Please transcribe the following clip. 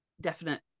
definite